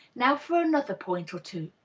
now for another point or two.